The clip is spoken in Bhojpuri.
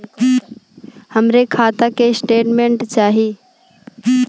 हमरे खाता के स्टेटमेंट चाही?